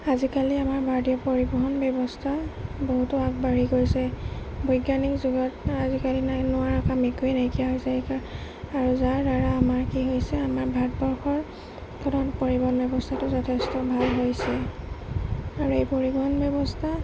আজিকালি আমাৰ ভাৰতীয় পৰিৱহণ ব্যৱস্থা বহুতো আগবাঢ়ি গৈছে বৈজ্ঞানিক যুগত আজিকালি নাই নোৱাৰা কাম একোৱেই নাইকিয়া হৈছে সেইকাৰণে আৰু যাৰ দ্বাৰা আমাৰ কি হৈছে আমাৰ ভাৰতবৰ্ষৰ ফলত পৰিৱহণ ব্যৱস্থাটো যথেষ্ট ভাল হৈছে আৰু এই পৰিৱহণ ব্যৱস্থা